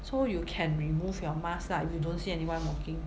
so you can remove your mask lah if you don't see anyone walking